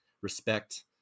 respect